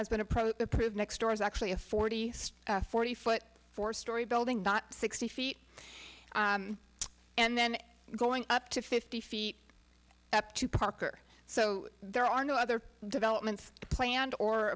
has been approach approved next door is actually a forty forty foot four story building not sixty feet and then going up to fifty feet up to parker so there are no other developments planned or